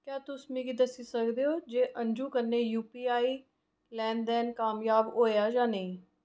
क्या तुस मिगी दस्सी सकदे ओ जे अंजु कन्नै यूपीआई लैन दैन कामयाब होएआ जां नेईं